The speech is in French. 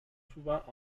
souvent